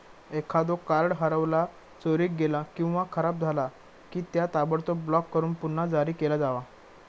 एखादो कार्ड हरवला, चोरीक गेला किंवा खराब झाला की, त्या ताबडतोब ब्लॉक करून पुन्हा जारी केला जावा